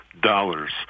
dollars